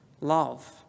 love